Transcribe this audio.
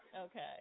Okay